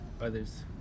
others